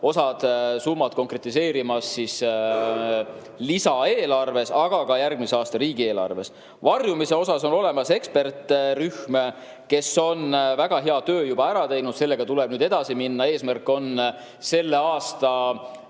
osa on konkretiseerumas lisaeelarves, aga ka järgmise aasta riigieelarves. On olemas varjumise ekspertrühm, kes on väga hea töö juba ära teinud, sellega tuleb nüüd edasi minna. Eesmärk on selle poolaasta